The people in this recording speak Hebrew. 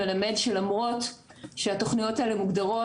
מלמד שלמרות שהתוכניות האלה מוגדרות